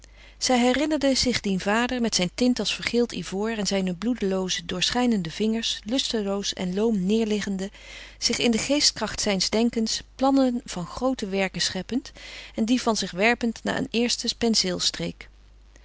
zij herinnerde zich dien vader met zijn tint als vergeeld ivoor en zijne bloedelooze doorschijnende vingers lusteloos en loom neêrliggende zich in de geestkracht zijns denkens plannen van groote werken scheppend en die van zich werpend na een eerste